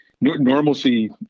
normalcy